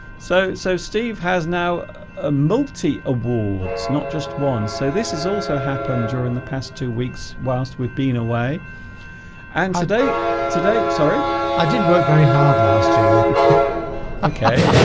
so so steve has now a multi awards not just one so this is also happened during the past two weeks whilst we've been away and today today sorry i did work very hard last year okay